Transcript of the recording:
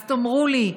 אז תאמרו לי,